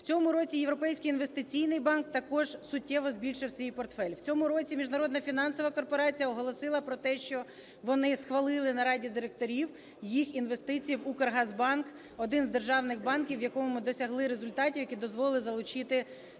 У цьому році Європейський інвестиційний банк також суттєво збільшив свій портфель. У цьому році міжнародна фінансова корпорація оголосила про те, що вони схвалили на Раді директорів їх інвестиції в "Укргазбанк "– один з державних банків, у якому ми досягли результатів, які дозволили залучити